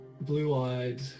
blue-eyed